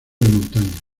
montaña